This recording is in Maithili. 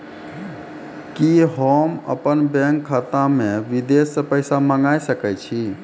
कि होम अपन बैंक खाता मे विदेश से पैसा मंगाय सकै छी?